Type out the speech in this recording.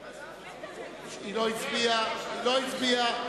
היא לא הצביעה.